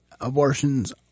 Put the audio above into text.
abortions